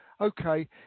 Okay